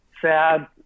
sad